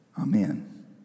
amen